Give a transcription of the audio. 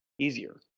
easier